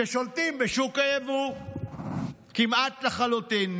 שולטים בשוק היבוא כמעט לחלוטין,